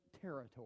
territory